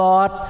God